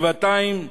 גבעתיים,